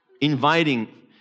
inviting